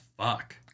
fuck